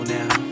now